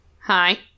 Hi